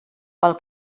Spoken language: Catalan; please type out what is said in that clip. pel